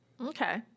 Okay